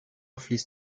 fließt